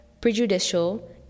prejudicial